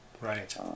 right